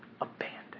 abandoned